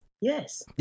yes